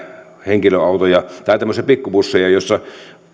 henkilöautoja tai pikkubusseja joissa